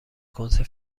کنسرو